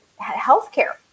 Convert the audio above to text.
Healthcare